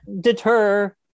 deter